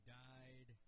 died